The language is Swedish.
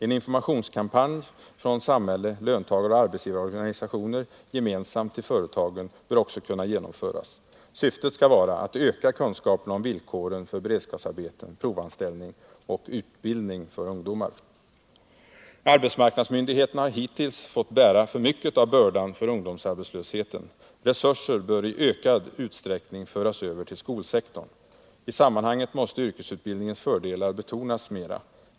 En informationskampanj från samhälle samt löntagaroch arbetsgivarorganisationer gemensamt till företagen bör också kunna genomföras. Syftet skall vara att öka kunskaperna och förbättra villkoren för beredskapsarbeten, provanställning och utbildning för ungdomar. Arbetsmarknadsmyndigheterna har hittills fått bära för mycket av bördan för ungdomsarbetslösheten. Resurser bör i ökad utsträckning föras över till skolsektorn. I sammanhanget måste yrkesutbildningens fördelar betonas mera.